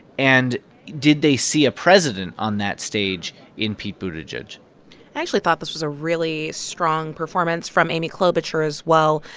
and did they see a president on that stage in pete buttigieg? i actually thought this was a really strong performance from amy klobuchar as well.